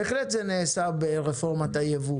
בהחלט זה נעשה ברפורמת הייבוא,